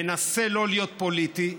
מנסה לא להיות פוליטי,